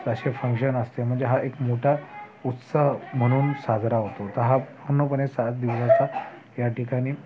असे फंक्शन असते म्हणजे हा एक मोठा उत्सव म्हणून साजरा होतो तर हा पूर्णपणे सात दिवस याठिकाणी